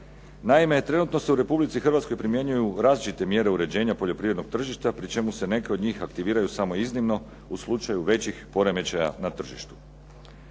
je reći kako se u Republici Hrvatskoj primjenjuju različite mjere uređenja tržišta poljoprivrednih proizvoda pri čemu se neke od njih aktiviraju samo u slučajevima većih tržišnih